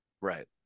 Right